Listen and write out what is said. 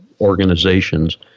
organizations